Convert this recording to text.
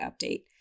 update